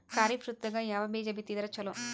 ಖರೀಫ್ ಋತದಾಗ ಯಾವ ಬೀಜ ಬಿತ್ತದರ ಚಲೋ?